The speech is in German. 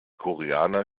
koreaner